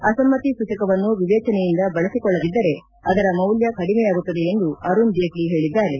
ಅಸಮ್ನತಿ ಸೂಚಕವನ್ನು ವಿವೇಚನೆಯಿಂದ ಬಳಸಿಕೊಳ್ಳದಿದ್ದರೆ ಅದರ ಮೌಲ್ಲ ಕಡಿಮೆಯಾಗುತ್ತದೆ ಎಂದು ಅರುಣ್ ಜೇಟ್ಲ ಹೇಳಿದ್ದಾರೆ